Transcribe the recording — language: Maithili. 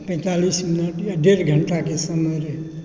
पैतालीस मिनट या डेढ़ घण्टाके समय रहै